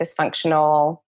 dysfunctional